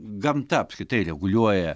gamta apskritai reguliuoja